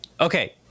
Okay